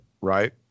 right